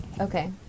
okay